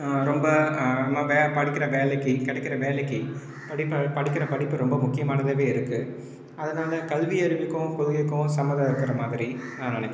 ரொம்ப நம்ம வே படிக்கிற வேலைக்கு கிடைக்கிற வேலைக்கு படிப்ப படிக்கிற படிப்பு ரொம்ப முக்கியமானதாவே இருக்குது அதனால் கல்வியறிவுக்கும் கொள்கைக்கும் சம்மந்தம் இருக்கிற மாதிரி நான் நினைக்கல